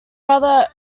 brother